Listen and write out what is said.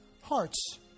Hearts